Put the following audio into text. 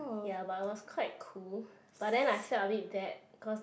ya but it was quite cool but then I felt a bit bad because the